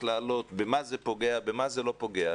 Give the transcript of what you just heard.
במה זה פוגע ובמה זה לא פוגע?